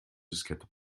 diskette